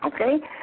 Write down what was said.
Okay